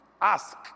ask